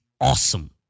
awesome